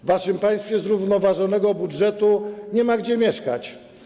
W waszym państwie zrównoważonego budżetu nie ma gdzie mieszkać.